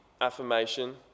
affirmation